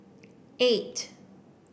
eight